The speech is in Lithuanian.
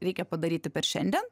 reikia padaryti per šiandien